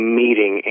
meeting